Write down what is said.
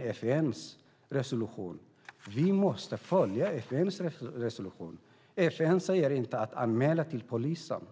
FN:s resolution. Vi måste följa FN:s resolution. FN säger inte att man ska anmäla till polisen.